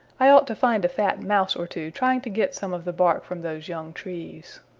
i ought to find a fat mouse or two trying to get some of the bark from those young trees.